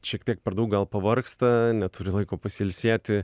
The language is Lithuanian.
šiek tiek per daug gal pavargsta neturi laiko pasiilsėti